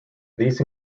these